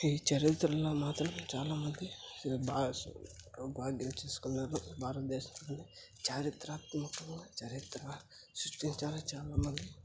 ఈ చరిత్రలో మాత్రం చాలా మంది భాగ్యం చేసుకున్నారు భారతదేశంలో చారిత్రాత్మక చరిత్ర సృష్టించాలని చాలా మంది